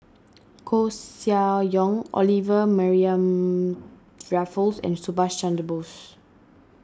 Koeh Sia Yong Olivia Mariamne Raffles and Subhas Chandra Bose